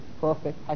perfect